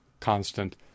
constant